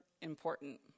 important